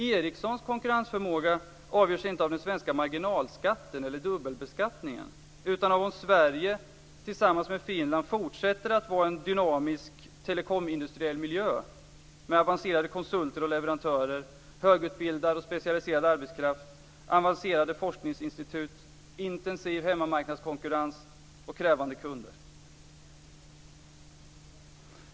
Ericssons konkurrensförmåga avgörs inte av den svenska marginalskatten eller av dubbelbeskattningen utan av om Sverige tillsammans med Finland fortsätter att vara en dynamisk telekomindustriell miljö med avancerade konsulter och leverantörer, högutbildad och specialiserad arbetskraft, avancerade forskningsinstitut, intensiv hemmamarknadskonkurrens och krävande kunder.